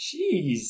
Jeez